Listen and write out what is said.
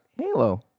Halo